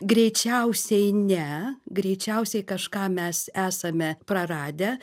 greičiausiai ne greičiausiai kažką mes esame praradę